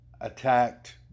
attacked